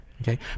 Okay